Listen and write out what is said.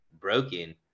broken